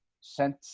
sent